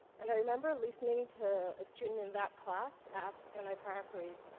and i remember listening to a student in that class ask and i paraphrase,